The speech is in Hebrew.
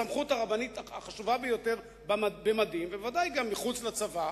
הסמכות הרבנית החשובה ביותר במדים ובוודאי גם מחוץ לצבא,